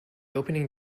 opening